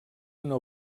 una